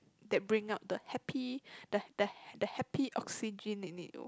that bring out the happy the the the happy oxygen you need though